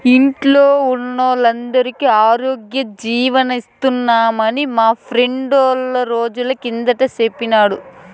ఇంట్లో వోల్లందరికీ ఆరోగ్యజీవని తీస్తున్నామని మా ఫ్రెండు రెండ్రోజుల కిందట సెప్పినాడు